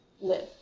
live